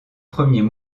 premiers